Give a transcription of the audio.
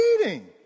eating